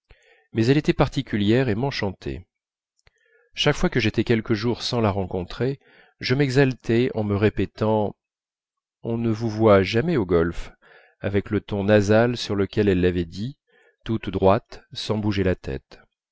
mais elle était particulière et m'enchantait chaque fois que j'étais quelques jours sans la rencontrer je m'exaltais en me répétant on ne vous voit jamais au golf avec le ton nasal sur lequel elle l'avait dit toute droite sans bouger la tête